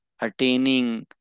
attaining